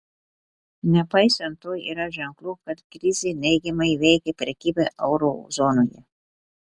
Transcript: nepaisant to yra ženklų kad krizė neigiamai veikia prekybą euro zonoje